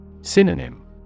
Synonym